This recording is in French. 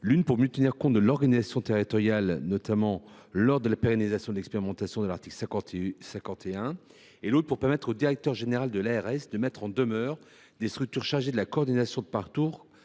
l’une pour mieux tenir compte de l’organisation territoriale, notamment lors de la pérennisation d’expérimentations de l’article 51 ; l’autre pour permettre au directeur général de l’ARS de mettre en demeure les structures chargées de la coordination de parcours